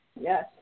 Yes